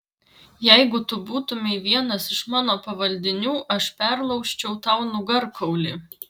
jeigu tu būtumei vienas iš mano pavaldinių aš perlaužčiau tau nugarkaulį